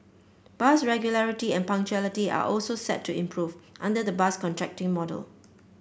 bus regularity and punctuality are also set to improve under the bus contracting model